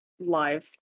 live